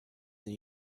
new